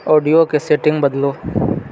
ऑडियोके settings बदलू